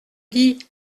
dit